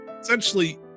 essentially